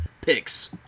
picks